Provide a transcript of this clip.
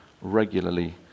regularly